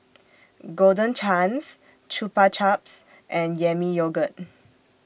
Golden Chance Chupa Chups and Yami Yogurt